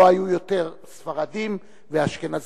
לא היו יותר ספרדים ואשכנזים.